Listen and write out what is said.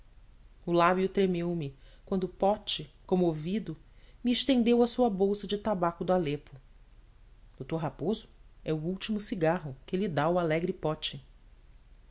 o lábio tremeu me quando pote comovido me estendeu a sua bolsa de tabaco de alepo d raposo é o último cigarro que lhe dá o alegre pote